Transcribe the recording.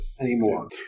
anymore